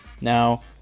Now